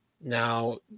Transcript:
Now